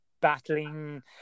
battling